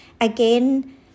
again